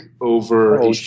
over